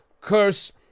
curse